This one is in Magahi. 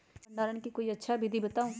भंडारण के कोई अच्छा विधि बताउ?